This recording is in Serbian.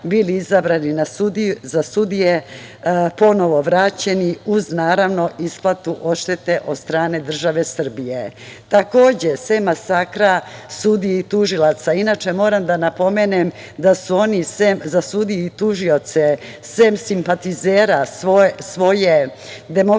bili izabrani za sudije ponovo vraćeni uz naravno isplatu odštete od strane države Srbije. Takođe, sem masakra sudije i tužilaca, inače moram da napomenem da su oni sem za sudije i tužioce, sem simpatizera svoje Demokratske